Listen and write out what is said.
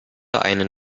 einen